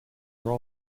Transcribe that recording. were